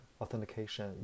authentication